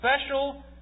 special